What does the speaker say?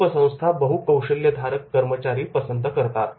खुप संस्था बहुकौशल्यधारक कर्मचारी पसंत करतात